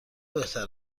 بهتر